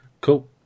Cool